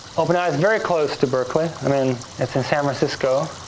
open ai is very close to berkeley. i mean, it's in san francisco.